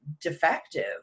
defective